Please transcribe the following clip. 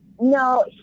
no